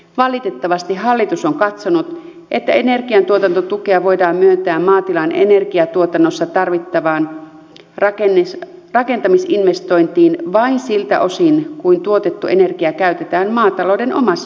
valitettavasti hallitus on katsonut että energiantuotantotukea voidaan myöntää maatilan energiatuotannossa tarvittavaan rakentamisinvestointiin vain siltä osin kuin tuotettu energia käytetään maatalouden omassa tuotantotoiminnassa